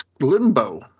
Limbo